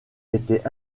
était